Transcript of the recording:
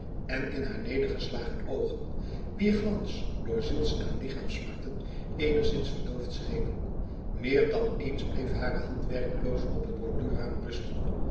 en in haar nedergeslagen oogen wier glans door ziels en lichaamssmarten eenigszins verdoofd schenen meer dan eens bleef hare hand werkeloos op het borduurraam rusten